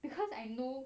because I know